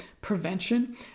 prevention